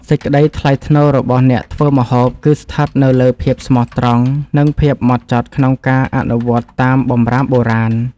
សេចក្តីថ្លៃថ្នូររបស់អ្នកធ្វើម្ហូប គឺស្ថិតនៅលើភាពស្មោះត្រង់ និងភាពម៉ត់ចត់ក្នុងការអនុវត្តតាមបម្រាមបុរាណ។